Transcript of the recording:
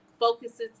focuses